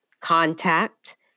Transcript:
contact